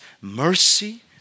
mercy